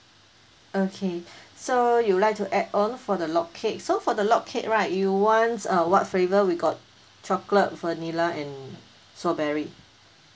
okay so you'll like to add on for the log cake so for the log cake right you want uh what flavour we got chocolate vanilla and strawberry